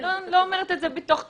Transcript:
לא אומרת את זה מתוך תחרות.